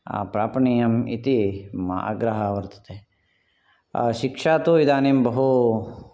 प्रापणीयम् इति मम आग्रहः वर्तते शिक्षा तु इदानीं बहु